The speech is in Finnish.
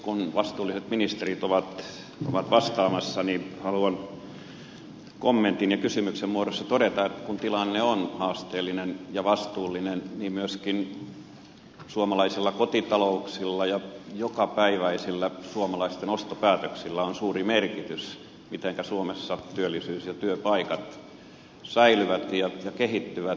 kun vastuulliset ministerit ovat vastaamassa niin haluan kommentin ja kysymyksen muodossa todeta että kun tilanne on haasteellinen ja vastuullinen niin myöskin suomalaisilla kotitalouksilla ja jokapäiväisillä suomalaisten ostopäätöksillä on suuri merkitys mitenkä suomessa työllisyys ja työpaikat säilyvät ja kehittyvät